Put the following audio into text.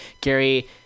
Gary